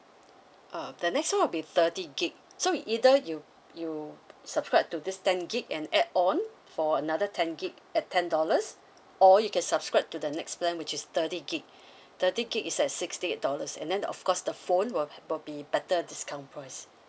uh the next one will be thirty gig so either you you subscribe to this ten gig and add on for another ten gig at ten dollars or you can subscribe to the next plan which is thirty gig thirty gig is at sixty eight dollars and then of course the phone will will be better discount price